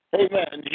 amen